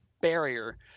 barrier